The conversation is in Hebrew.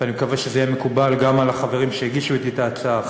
ואני מקווה שזה יהיה מקובל גם על החברים שהגישו אתי את ההצעה,